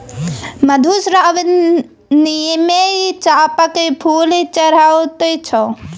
मधुश्रावणीमे चंपाक फूल चढ़ैत छै